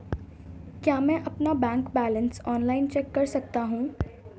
क्या मैं अपना बैंक बैलेंस ऑनलाइन चेक कर सकता हूँ?